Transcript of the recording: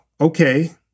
okay